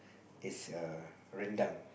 this a rendang